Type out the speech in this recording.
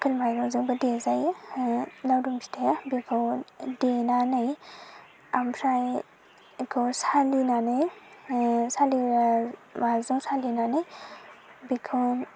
लकेल माइरंजोंबो देजायो लावदुम फिथाया बेखौ देनानै आमफ्राय बेखौ सालिनानै सालिग्रा मा जों सालिनानै बेखौ